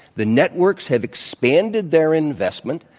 the networks have expanded their investment.